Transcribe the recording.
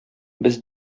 без